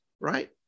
Right